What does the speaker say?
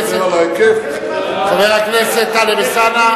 חבר הכנסת טלב אלסאנע.